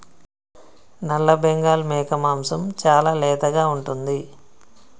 నల్లబెంగాల్ మేక మాంసం చాలా లేతగా ఉంటుంది